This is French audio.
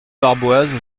barboise